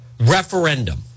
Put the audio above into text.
referendum